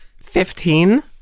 Fifteen